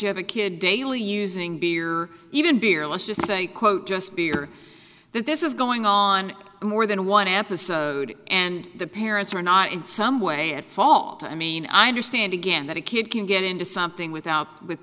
you have a kid daily using beer even beer let's just say quote just beer that this is going on more than one amp of good and the parents are not in some way at fault i mean i understand again that a kid can get into something without with